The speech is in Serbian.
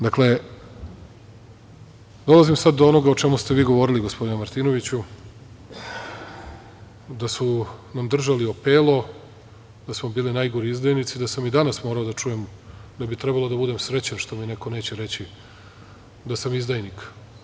Dakle, dolazim sada do onoga o čemu ste vi govorili gospodine Martinoviću, da su nam držali opelo, da smo bili najgori izdajnici i da sam i danas morao da čujem da bi trebalo da budem srećan što mi neko neće reći da sam izdajnik.